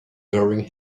wearing